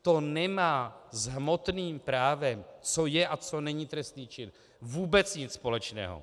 To nemá s hmotným právem, co je a co není trestný čin, vůbec nic společného.